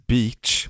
Beach